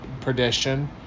perdition